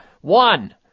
one